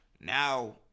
Now